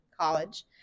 college